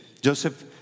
Joseph